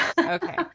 okay